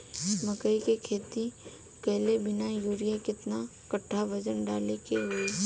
मकई के खेती कैले बनी यूरिया केतना कट्ठावजन डाले के होई?